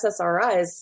SSRIs